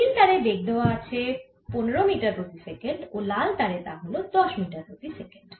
নীল তারে বেগ দেওয়া আছে 15 মিটার প্রতি সেকেন্ড ও লাল তারে তা হল 10 মিটার প্রতি সেকেন্ড